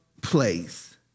place